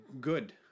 good